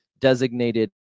designated